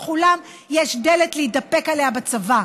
לכולם יש דלת להתדפק עליה בצבא.